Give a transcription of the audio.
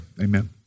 Amen